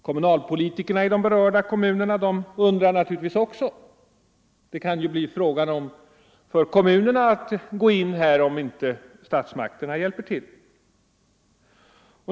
Kommunalpolitikerna i de berörda kommunerna undrar också hur det ligger till; kommunerna kan ju bli tvungna gå in här om inte statsmakterna hjälper till.